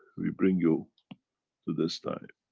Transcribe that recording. we bring you to this time.